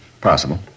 Possible